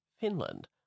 Finland